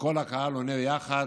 וכל הקהל עונה ביחד: